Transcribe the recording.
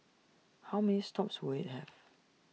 how many stops will IT have